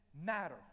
matter